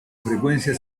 frecuencia